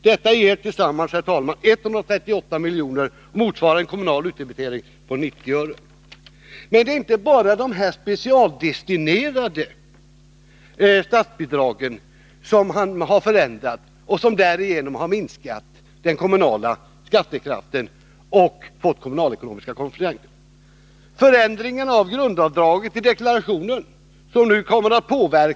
Detta ger tillsammans 138 milj.kr. och det motsvarar en kommunal utdebitering på 90 öre, som jag redan sagt. Men det är inte bara förändringarna av dessa specialdestinerade statsbidrag som minskar den kommunala skattekraften och får kommunalekonomiska konsekvenser. Höjningen av grundavdraget i självdeklarationen från 6 000 till 7 500 kr.